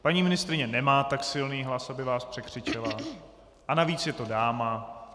Paní ministryně nemá tak silný hlas, aby vás překřičela, a navíc je to dáma.